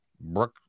Brooke